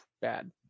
Bad